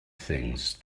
things